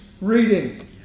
reading